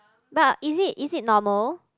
but is it is it normal